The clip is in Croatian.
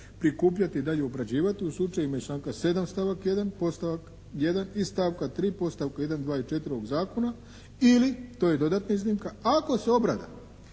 prikupljati i dalje obrađivati u slučajevima iz članka 7. stavak 1. podstavak 1. i stavka 3. podstavka 1., 2. i 4. ovog zakona, ili, to je dodatna iznimka ako se obrada